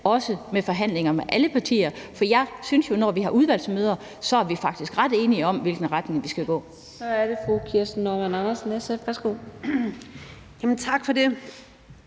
også med forhandlinger med alle partier. For jeg synes jo, at når vi har udvalgsmøder, er vi faktisk ret enige om, hvilken retning vi skal gå. Kl. 15:43 Fjerde næstformand (Karina Adsbøl):